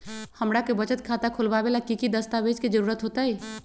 हमरा के बचत खाता खोलबाबे ला की की दस्तावेज के जरूरत होतई?